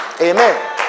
Amen